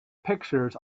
pictures